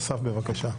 אסף, בבקשה.